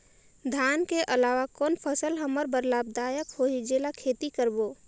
धान के अलावा कौन फसल हमर बर लाभदायक होही जेला खेती करबो?